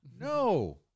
No